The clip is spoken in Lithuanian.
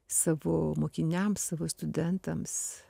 savo mokiniams savo studentams